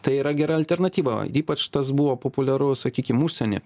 tai yra gera alternatyva ypač tas buvo populiaru sakykim užsieny